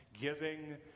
giving